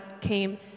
came